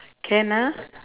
can ah